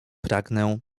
pragnę